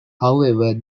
however